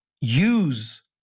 use